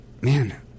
man